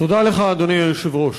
תודה לך, אדוני היושב-ראש,